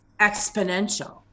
exponential